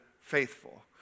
faithful